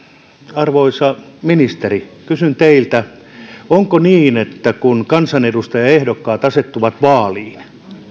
arvoisa ministeri kysyn teiltä onko niin kun kansanedustajaehdokkaat asettuvat vaaliin